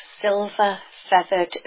silver-feathered